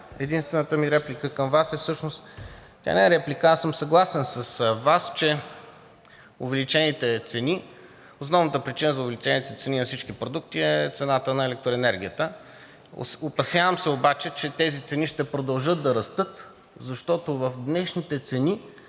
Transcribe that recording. единствената ми реплика към Вас всъщност не е реплика – аз съм съгласен с Вас, че основната причина за увеличените цени на всички продукти е цената на електроенергията. Опасявам се обаче, че тези цени ще продължат да растат, защото в днешните цени